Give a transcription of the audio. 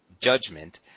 judgment